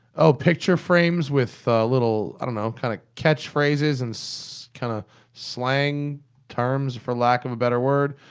oh, picture frames with a little, i don't know kind of catchphrases and it's kind of slang terms, for lack of a better word.